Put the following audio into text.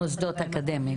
מוסדות אקדמיים.